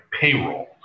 payroll